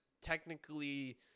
technically